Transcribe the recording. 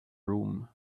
room